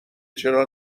چرا